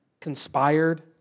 conspired